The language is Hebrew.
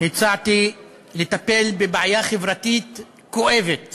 הצעתי לטפל בבעיה חברתית כואבת